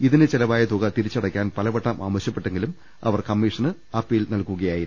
ഇതിന് വേണ്ടി വന്ന തുക തിരിച്ചടക്കാൻ പലവട്ടം ആവശ്യപ്പെട്ടെങ്കിലും അവർ കമ്മീ ഷന് അപ്പീൽ നൽകുകയായിരുന്നു